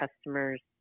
customers